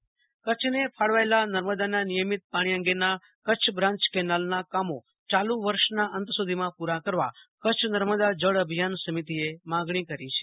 કરછ નમદા વ કરછને ફાળવાયેલા નર્મદાના નિયમિત પાણી અંગેના કરછ બ્રાંચ કેનાલનાં કામો ચાલુ વર્ષના અંત સુધીમાં પુરા કરવા કરેછ નર્મદા જળ અંભિયાન સમિતિએ માંગણી કરી છે